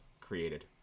created